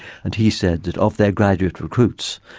and he said that of their graduate recruits,